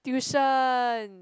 tuition